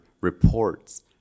reports